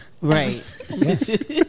Right